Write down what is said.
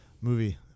movie